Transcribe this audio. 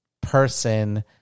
person